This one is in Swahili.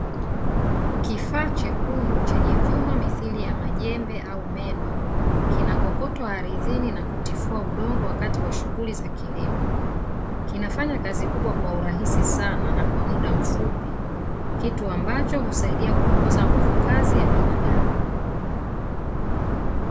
Kifaa chekundu chenye vyuma mithili ya majembe au meno, kinakokotwa ardhini na kutifua udongo wakati wa shughuli za kilimo. Kinafanya kazi kubwa kwa urahisi sana na kwa muda mfupi, kitu ambacho husaidia kupunguza nguvu kazi ya binadamu.